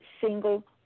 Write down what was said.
single